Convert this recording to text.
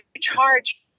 charge